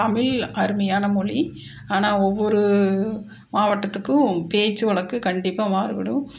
தமிழ் அருமையான மொழி ஆனால் ஒவ்வொரு மாவட்டத்துக்கும் பேச்சு வழக்கு கண்டிப்பாக மாறுபடும்